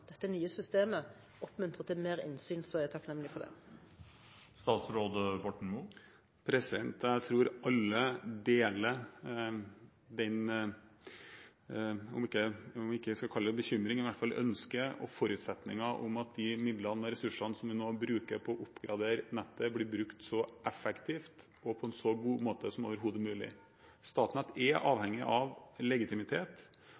dette nye systemet oppmuntrer til mer innsyn, er jeg takknemlig for det. Jeg tror alle deler, om vi ikke skal kalle det bekymringen, så i hvert fall ønsket og forutsetningen om at de midlene og ressursene som vi nå bruker på å oppgradere nettet, blir brukt så effektivt og på en så god måte som overhodet mulig. Statnett er